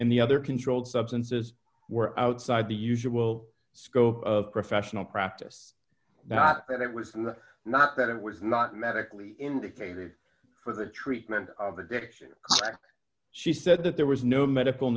and the other controlled substances were outside the usual scope of professional practice not that it was not that it was not medically indicated for the treatment of addiction she said that there was no medical